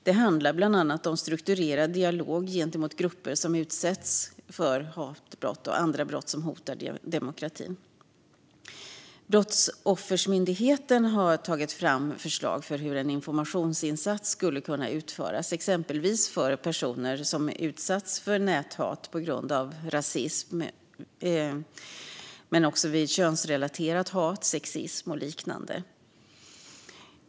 Det handlar bland annat om strukturerad dialog gentemot grupper som utsätts för hatbrott och andra brott som hotar demokratin. Brottsoffermyndigheten har tagit fram förslag på hur en informationsinsats skulle kunna utföras, exempelvis för personer som utsatts för näthat på grund av rasism, könsrelaterat hat, sexism och liknande.